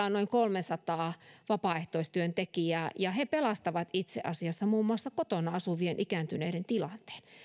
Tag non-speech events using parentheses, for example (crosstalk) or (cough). (unintelligible) on noin kolmesataa vapaaehtoistyöntekijää ja he pelastavat itse asiassa muun muassa kotona asuvien ikääntyneiden tilanteen